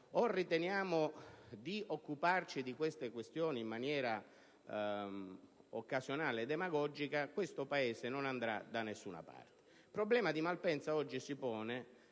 o riteniamo di occuparci di tali questioni in maniera occasionale e demagogica, questo Paese non andrà da nessuna parte. Il problema di Malpensa si pone